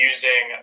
Using